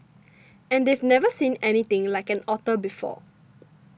and they've never seen anything like an otter before